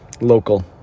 local